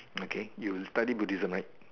okay you study Buddhism right